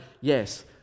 yes